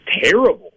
terrible